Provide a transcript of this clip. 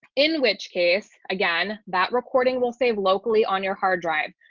in which case again, that recording will save locally on your hard drive.